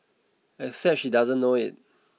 except she doesn't know it